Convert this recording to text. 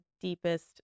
deepest